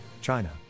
China